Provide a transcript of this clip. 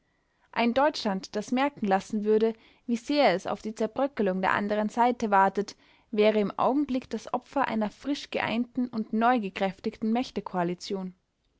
ein deutschland das merken lassen würde wie sehr es auf die zerbröckelung der anderen seite wartet wäre im augenblick das opfer einer frisch geeinten und